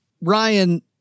Ryan